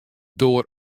doar